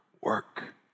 work